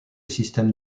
système